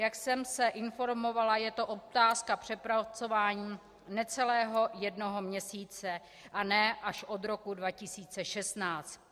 Jak jsem se informovala, je to otázka přepracování necelého jednoho měsíce, a ne až od roku 2016.